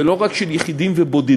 ולא רק של יחידים ובודדים,